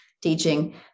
teaching